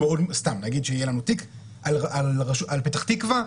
נגיד שיהיה לנו תיק על פתח תקווה,